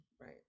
Right